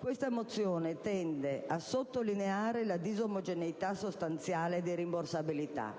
Questa mozione tende a sottolineare la disomogeneità sostanziale di rimborsabilità: